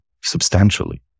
substantially